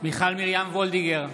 מיכל מרים וולדיגר,